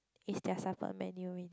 is their supper menu ready